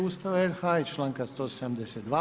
Ustava RH i članka 172.